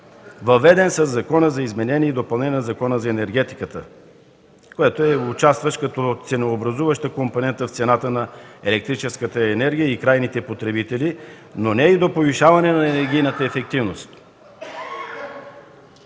въведен със Закона за изменение и допълнение на Закона за енергетиката, който е участващ в ценообразуваща компонента в цената на електрическата енергия за крайните потребители, но не води до повишаване на енергийната ефективност.